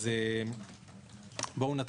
(הצגת